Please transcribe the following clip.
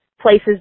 places